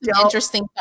interesting